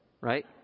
Right